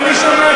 אבל אני שמעתי,